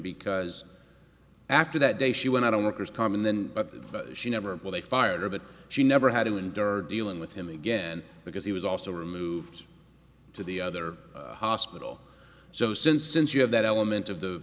because after that day she went out on worker's comp and then she never well they fired her but she never had to endure dealing with him again because he was also removed to the other hospital so since since you have that element of the